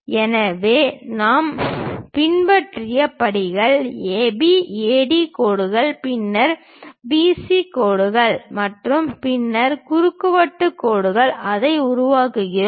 எனவே நாம் பின்பற்றிய படிகள் AB AD கோடுகள் பின்னர் BC கோடுகள் மற்றும் பின்னர் குறுவட்டு கோடுகள் அதை உருவாக்குகிறோம்